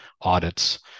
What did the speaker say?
audits